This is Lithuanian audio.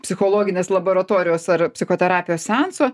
psichologinės laboratorijos ar psichoterapijos seanso